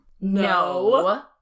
No